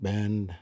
Band